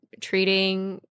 treating